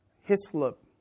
Hislop